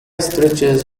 stretches